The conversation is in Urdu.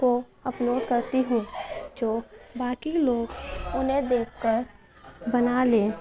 کو اپلوڈ کرتی ہوں جو باقی لوگ انہیں دیکھ کر بنا لیں